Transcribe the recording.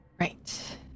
Right